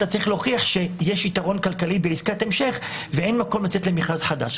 אתה צריך להוכיח שיש יתרון כלכלי בעסקת המשך ואין מקום לצאת למכרז חדש.